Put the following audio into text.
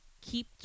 keep